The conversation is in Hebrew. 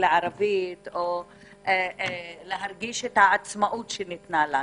לערבית או להרגיש את העצמאות שניתנה לנו,